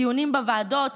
מדיונים בוועדות,